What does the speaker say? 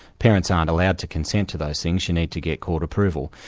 parents aren't allowed to consent to those things you need to get court approval.